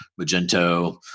Magento